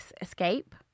escape